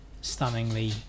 stunningly